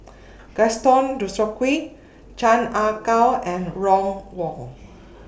Gaston Dutronquoy Chan Ah Kow and Ron Wong